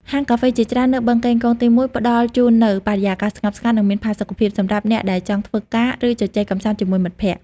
ហាងកាហ្វេជាច្រើននៅ បឹងកេងកងទី១ ផ្តល់ជូននូវបរិយាកាសស្ងប់ស្ងាត់ និងមានផាសុកភាព សម្រាប់អ្នកដែលចង់ធ្វើការ ឬជជែកកម្សាន្តជាមួយមិត្តភក្តិ។